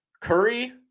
Curry